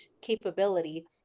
capability